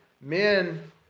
men